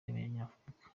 y’abanyafurika